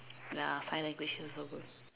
ya final equations also good